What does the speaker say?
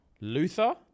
Luther